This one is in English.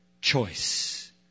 choice